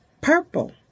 purple